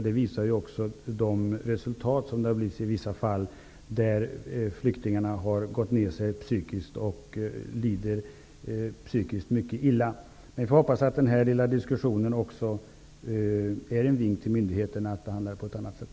Det visar också en del fall där flyktingar har gått ner sig och lider psykiskt mycket illa. Vi får hoppas att denna diskussion är en vink till myndigheterna att handla på annat sätt.